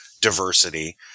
diversity